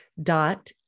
Dot